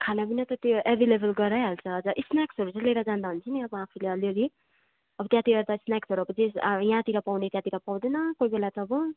खानापिना त त्यो एभाइलेवल गराइहाल्छ अझ स्नेक्सहरू चाहिँ लिएर जाँदा हुन्छ नि अब आफूले अलिअलि अब त्यहाँतिर त स्नेक्सहरू अब जे यहाँतिर पाउने त्यहाँतिर पाउँदैन कोही बेला त अब